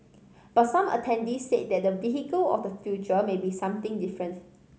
but some attendees said that the vehicle of the future may be something different